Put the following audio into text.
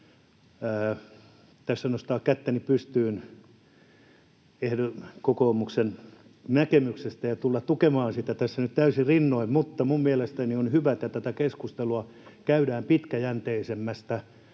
tässä nostaa kättäni pystyyn kokoomuksen näkemykselle ja tulla tukemaan sitä tässä nyt täysin rinnoin. [Heikki Autto: Kyllä se sopii!] Minun mielestäni on hyvä, että tätä keskustelua käydään pitkäjänteisemmästä